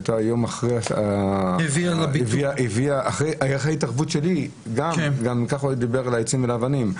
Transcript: שהייתה אחרי יום ואחרי התערבות שלי כי זה לדבר לעצים ולאבנים.